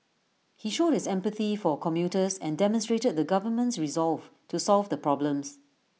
he showed his empathy for commuters and demonstrated the government's resolve to solve the problems